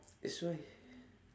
that's why